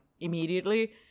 immediately